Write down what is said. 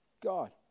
God